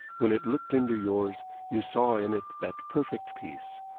when it looked into yours you saw in it that perfect peace,